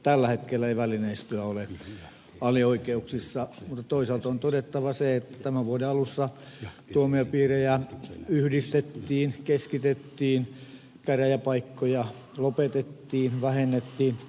tällä hetkellä ei välineistöä ole alioikeuksissa mutta toisaalta on todettava se että tämän vuoden alussa tuomiopiirejä yhdistettiin keskitettiin käräjäpaikkoja lopetettiin vähennettiin